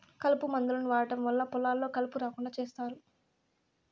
కలుపు మందులను వాడటం వల్ల పొలాల్లో కలుపు రాకుండా చేత్తారు